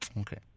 Okay